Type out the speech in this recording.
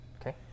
Okay